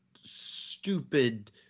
stupid